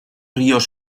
ríos